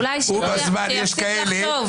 אולי שיפסיק לחשוב.